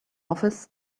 office